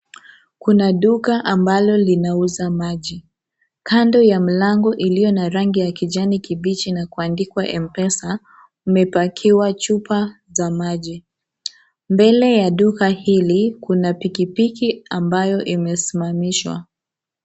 Kuna duka ambalo linauza maji. Kando ya mlango iliyo na rangi ya kijani kibichi na kuandikwa M-pesa , kumepakiwa chupa za maji. Mbele ya duka hili kuna pikipiki ambayo imesimamishwa